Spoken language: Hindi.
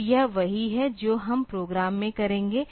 तो यह वही है जो हम प्रोग्राम में करेंगे